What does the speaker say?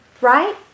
Right